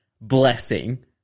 blessing